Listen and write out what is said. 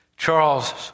Charles